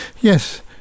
yes